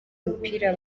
umupira